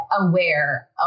aware